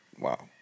wow